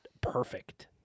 perfect